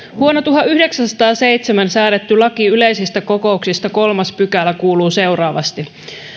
vuonna tuhatyhdeksänsataaseitsemän säädetty laki yleisistä kokouksista kolmas pykälä kuuluu seuraavasti